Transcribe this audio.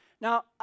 now